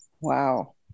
Wow